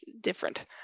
different